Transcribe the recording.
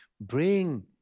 bring